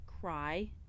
cry